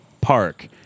park